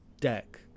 deck